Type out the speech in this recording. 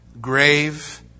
grave